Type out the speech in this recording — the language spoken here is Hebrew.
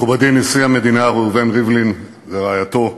מכובדי נשיא המדינה ראובן ריבלין ורעייתו,